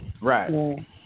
Right